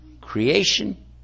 Creation